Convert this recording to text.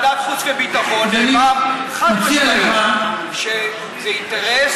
בוועדת החוץ והביטחון נאמר חד-משמעית שזה אינטרס